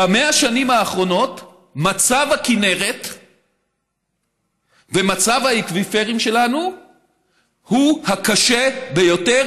ב-100 השנים האחרונות מצב הכינרת ומצב האקוויפרים שלנו הוא הקשה ביותר,